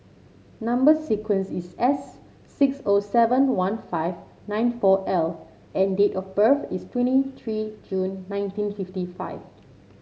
number sequence is S six O seven one five nine four L and date of birth is twenty three June nineteen fifty five